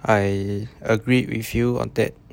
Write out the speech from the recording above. I agree with you on that